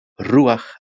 Ruach